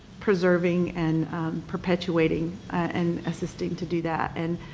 preserving and perpetuating and assisting to do that. and,